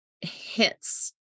hits